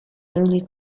only